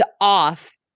off